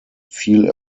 viel